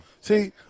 See